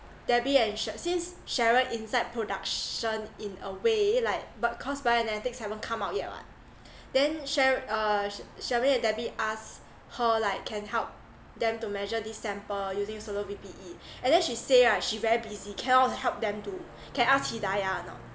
debbie and che~ since cheryl inside production in a way like but cause bionetics haven't come out yet [what] then che~ uh chermaine and debbie asked her like can help them to measure this sample using solar V_P_E and then she say right she very busy cannot help them to can ask hidayah or not